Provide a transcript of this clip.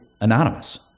anonymous